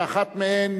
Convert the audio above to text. שאחת מהן,